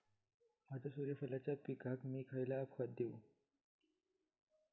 माझ्या सूर्यफुलाच्या पिकाक मी खयला खत देवू?